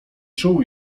czuł